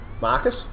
Marcus